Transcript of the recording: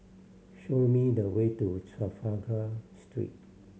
show me the way to Trafalgar Street